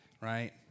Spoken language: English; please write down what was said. right